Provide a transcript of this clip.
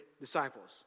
disciples